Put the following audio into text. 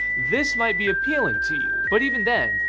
this might be appealing to you. but even then,